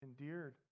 endeared